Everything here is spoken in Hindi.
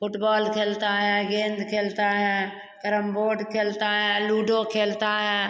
फुटबॉल खेलता है या गेंद खेलता है कैरम बोर्ड खेलता है लूडो खेलता है